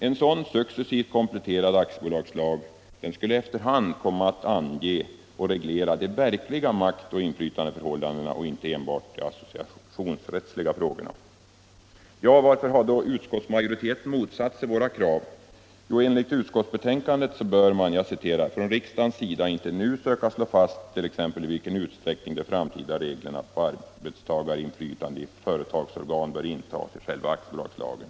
En sådan successivt kompletterad aktiebolagslag skulle komma att ange och reglera de verkliga maktoch inflytandeförhållandena och inte enbart de associationsrättsliga frågorna. Varför har då utskottsmajoriteten motsatt sig våra krav? Jo, enligt utskottsbetänkandet bör man ”från riksdagens sida inte nu söka slå fast t.ex. i vilken utsträckning de framtida reglerna om arbetstagarinflytande i företagsorgan bör intas i själva aktiebolagslagen”.